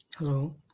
Hello